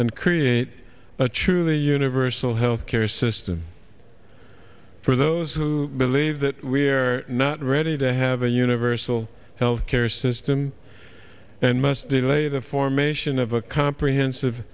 and create a truly universal health care system for those who believe that we are not ready to have a universal health care system and must delay the formation of a comprehensive